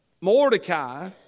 Mordecai